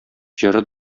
җыры